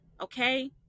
Okay